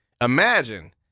Imagine